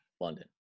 London